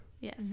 Yes